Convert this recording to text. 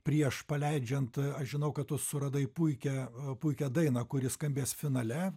prieš paleidžiant aš žinau kad tu suradai puikią puikią dainą kuri skambės finale